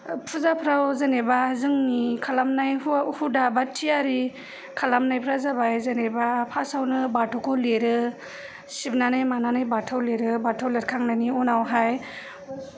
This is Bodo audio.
फुजाफ्राव जेनोबा जोंनि खालामनाय हुआ हुदा बा थियारि खालामनायफ्रा जाबाय जेनोबा फासावनो बाथौखौ लिरो सिबनानै मानानै बाथौ लिरो बाथौ लिरखांनायनि उनावहाय